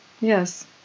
Yes